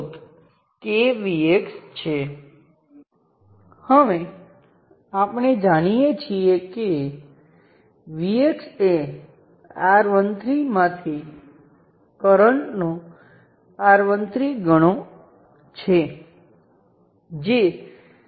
તેથી સંદર્ભ નોડની સાપેક્ષમાં અહીંનો વોલ્ટેજ એ V વોલ્ટેજમાં થતો વધારો -V વોલ્ટેજમાં થતો ઘટાડો જેની બરાબર 0 છે